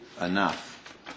enough